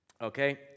Okay